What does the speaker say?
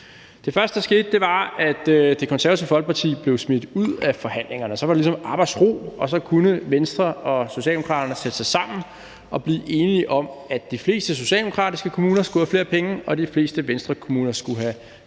Det første, der skete, var, at Det Konservative Folkeparti blev smidt ud af forhandlingerne. Så var der ligesom arbejdsro, og så kunne Venstre og Socialdemokraterne sætte sig sammen og blive enige om, at de fleste socialdemokratiske kommuner skulle have flere penge, og at de fleste Venstrekommuner skulle have flere